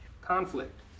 conflict